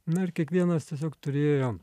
na ir kiekvienas tiesiog turėjo